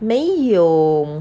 没有